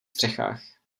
střechách